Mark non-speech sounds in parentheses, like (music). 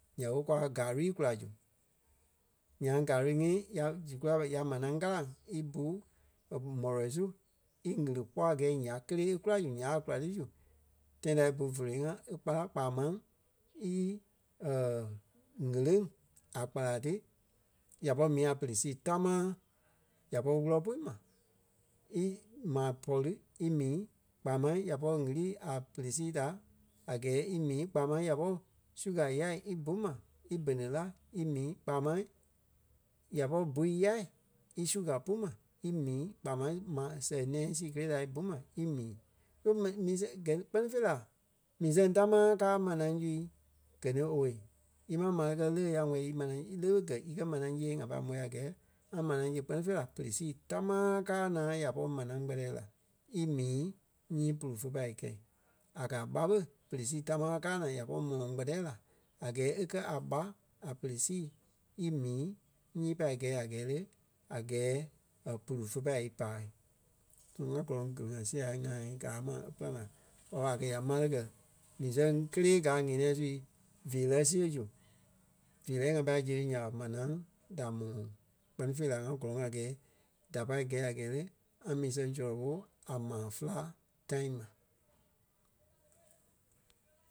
nya ɓé kwa gari kula zu. Nyaŋ gari ŋí ya zu kulâi ɓa ya manaa káraŋ í bú mɔlɔi su í ɣiri kpɔ a gɛɛ i ǹyai kélee kula zu. Ǹyai a kula ti zu tãi ta í bú fólo ŋa e kpala kpaa máŋ í (hesitation) ŋ̀éleŋ a kpala tí ya pɔri mii a pere sii tamaa. Ya pɔri wúlɔ pui ma ímaa pɔri í mii kpaa máŋ ya pɔri ɣili a pere sii da a gɛɛ í mii kpaa máŋ ya pɔri suga ya í bú ma í bene la í mii kpaa máŋ ya pɔri bui yâi í suga pú ma í mii kpaa máŋ ma sɛŋ nɛ̃ɛ sii kélee da í bú ma í mii. So mɛni mii sɛŋ gɛ ni kpɛ́ni fêi la mii sɛŋ támaa káa manaa sui gɛ ni owei. Íma ḿare kɛ̀ lé ya wɛli í manaa lé ɓé gɛ̀ íkɛ manaa siɣe ŋa pâi môi a gɛɛ, ŋa manaa si kpɛ́ni fèi la pere sii támaa káa naa ya pɔri manaa kpɛtɛ la. Í mii nyii pulu fe pai í kɛi. a gáa a ɓá ɓé pere sii tamaa kaa naa ya pɔri mɔlɔŋ kpɛtɛ la a gɛɛ é kɛ̀ a ɓá a pere sii í mii nyii pâi gɛɛ a gɛɛ lé, a gɛɛ (hesitation) pulu fe pâi í páa. So ŋa gɔlɔŋ kili-ŋa sia ŋai gáa ma e pîlaŋ la or a kɛ̀ ya ḿare kɛ̀ mii sɛŋ kélee gaa ɣeniɛ sui veerɛ siɣe zu. Veerɛ ŋa pài ziɣe zu nya ɓa manaa da mɔlɔŋ kpɛ́ni fêi la ŋa gɔlɔŋ a gɛɛ da pâi gɛi a gɛɛ le, ŋa mii sɛŋ sɔlɔ ɓo a maa féla tãi ma.